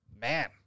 man